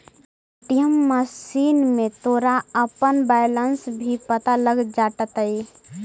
ATM machine में तोरा अपना बैलन्स भी पता लग जाटतइ